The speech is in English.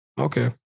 Okay